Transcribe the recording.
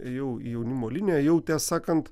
ėjau į jaunimo liniją jau tiesą sakant